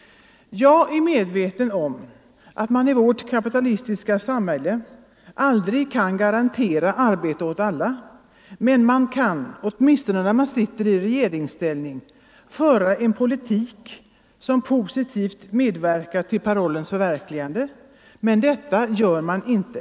Jag är medveten om att man i vårt kapitalistiska samhälle aldrig kan garantera arbete åt alla — men man kan, åtminstone när man sitter i regeringsställning, föra en politik som positivt medverkar till parollens förverkligande. Detta gör man emellertid inte.